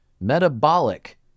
Metabolic